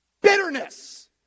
Bitterness